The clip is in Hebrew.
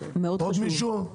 עוד מישהו?